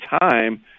time